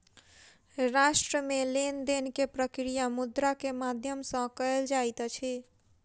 राष्ट्र मे लेन देन के प्रक्रिया मुद्रा के माध्यम सॅ कयल जाइत अछि